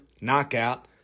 Knockout